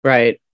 Right